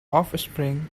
offspring